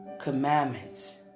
Commandments